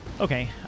Okay